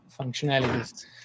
functionalities